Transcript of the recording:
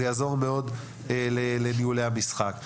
זה יעזור מאוד לארגון המשחקים.